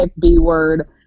B-word